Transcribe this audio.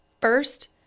First